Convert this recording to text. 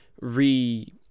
re